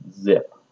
zip